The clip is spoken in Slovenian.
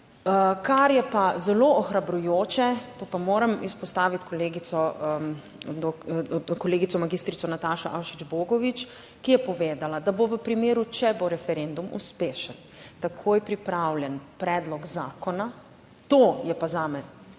Kar je pa zelo ohrabrujoče, to pa moram izpostaviti kolegico, magistrico Natašo Ašič Bogovič, ki je povedala, da bo v primeru, če bo referendum uspešen, takoj pripravljen predlog zakona. To je pa zame